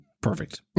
Perfect